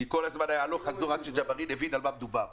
כי כל הזמן היה הלוך וחזור עד שג'בארין הבין על מה מדובר.